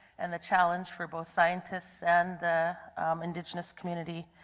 and the challenge for both scientists and the indigenous community.